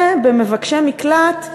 ובמבקשי מקלט,